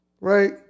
Right